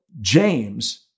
James